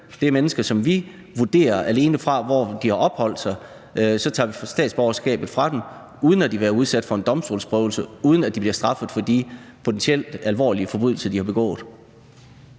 Det er mennesker, som vi vurderer, alene ud fra hvor de har opholdt sig, og så tager vi statsborgerskabet fra dem, uden at de har fået det prøvet ved en domstol, og uden at de bliver straffet for de potentielt alvorlige forbrydelser, som de har begået.